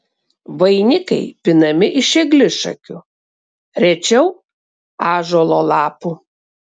vainikai pinami iš eglišakių rečiau ąžuolo lapų